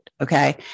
Okay